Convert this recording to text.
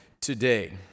today